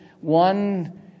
one